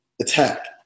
attack